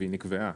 היא נקבעה.